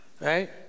Right